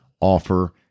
offer